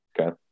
Okay